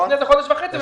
לפני כחודש וחצי.